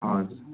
हजुर